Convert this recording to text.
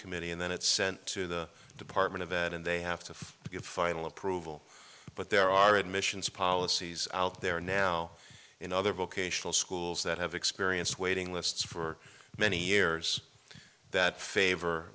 committee and then it's sent to the department of ed and they have to get final approval but there are admissions policies out there now in other vocational schools that have experienced waiting lists for many years that favor